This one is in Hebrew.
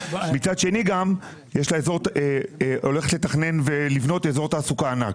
ומצד שני הולכת לתכנן ולבנות אזור תעסוקה ענק.